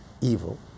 evil